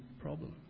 problem